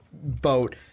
boat